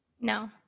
No